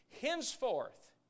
Henceforth